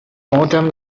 autumn